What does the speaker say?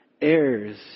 heirs